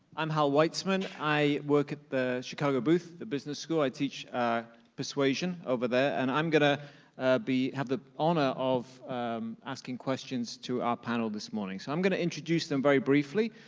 i'm hal weitzman. i work at the chicago booth, the business school. i teach persuasion over there, and i'm gonna have the honor of asking questions to our panel this morning. so i'm gonna introduce them very briefly,